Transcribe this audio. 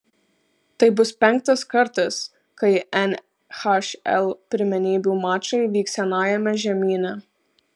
tai bus penktas kartas kai nhl pirmenybių mačai vyks senajame žemyne